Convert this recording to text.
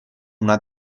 una